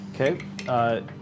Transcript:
Okay